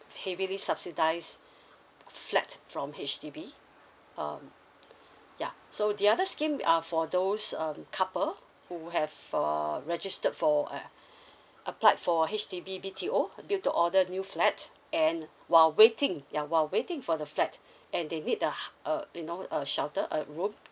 heavily subsidised flat from H_D_B um yeah so the other scheme are for those um couple who have uh registered for applied for uh applied for H_D_B B_T_O build to order new flat and while waiting ya while waiting for the flat and they need a h~ uh you know a shelter a room